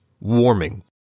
warming